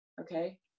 Okay